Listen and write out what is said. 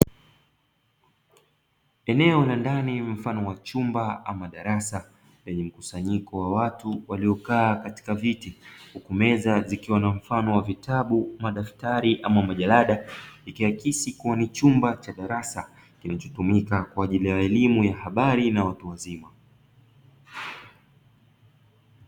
Eneo la ndani mfano wa chumba ama darasa lenye mkusanyiko wa watu waliokaa katika viti, huku meza zikiwa na mfano wa vitabu, madaftari ama majarada ikiakisi kuwa ni chumba cha darasa kinachotumika kwa ajili ya elimu ya habari na watu wazima.